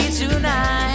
tonight